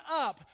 up